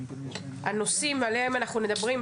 הנושאים שעליהם אנחנו מדברים,